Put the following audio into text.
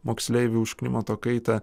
moksleivių už klimato kaitą